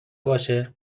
باشه